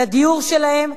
לדיור שלהם,